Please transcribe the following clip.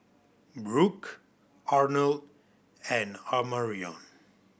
Brook Arnold and Amarion